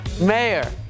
Mayor